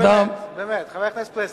באמת, חבר הכנסת פלסנר.